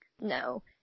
No